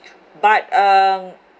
but um